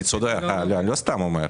אני לא סתם אומר.